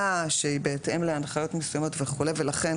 שהיא בהתאם להנחיות מסוימות וכולי ולכן,